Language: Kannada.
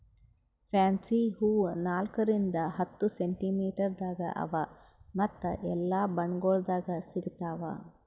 ಫ್ಯಾನ್ಸಿ ಹೂವು ನಾಲ್ಕು ರಿಂದ್ ಹತ್ತು ಸೆಂಟಿಮೀಟರದಾಗ್ ಅವಾ ಮತ್ತ ಎಲ್ಲಾ ಬಣ್ಣಗೊಳ್ದಾಗ್ ಸಿಗತಾವ್